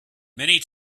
many